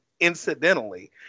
Incidentally